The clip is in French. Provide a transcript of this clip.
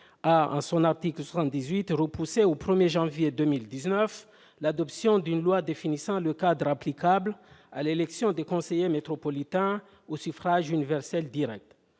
a, par son article 78, repoussé au 1 janvier 2019 l'adoption d'une loi définissant le cadre applicable à l'élection des conseillers métropolitains au suffrage universel direct.